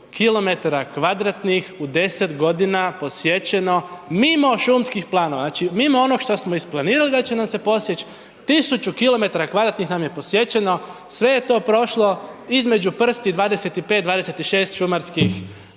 nama je 1000 km2 u 10 g. posječeno mimo šumskih planova, znači mimo onog što smo isplanirali da će nam se posjeći, 1000 km2 nam je posječeno, sve je to prošlo između prsti, 25, 26 šumarskih inspektora,